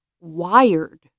wired